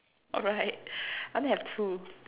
alright I only have two